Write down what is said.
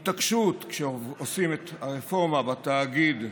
התעקשות, כשעושים את הרפורמה בתאגיד,